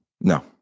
no